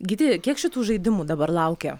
gyti kiek šitų žaidimų dabar laukia